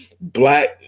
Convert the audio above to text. Black